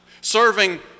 serving